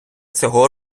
цього